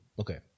Okay